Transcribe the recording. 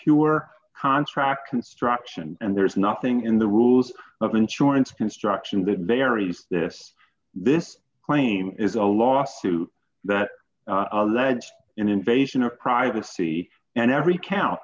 pure contract construction and there's nothing in the rules of insurance construction that there is this this claim is a lawsuit that alleged invasion of privacy and every count